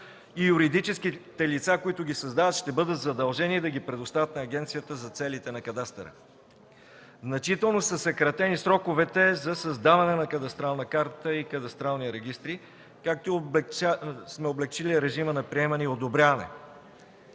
юридическите лица, които ги създават, ще бъдат задължени да ги предоставят на агенцията за целите на кадастъра. Значително са съкратени сроковете за създаване на кадастрална карта и кадастрални регистри, както и сме облекчили режима на приемане и одобряване.